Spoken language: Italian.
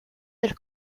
del